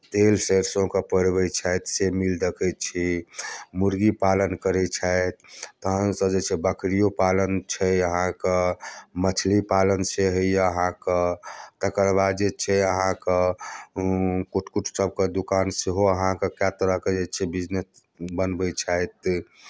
तेल सरिसोके पेड़बैत छथि से मील देखैत छी मुर्गी पालन करैत छथि तखनसँ जे छै बकरिओ पालन छै अहाँकेँ मछली पालन से होइए अहाँके तकर बाद जे छै अहाँक कुट कुट सभक दोकान सेहो अहाँके कए तरहक जे छै बिजनेस बनबैत छथि